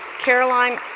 caroline